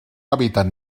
hàbitat